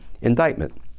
indictment